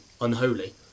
unholy